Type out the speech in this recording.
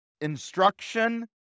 instruction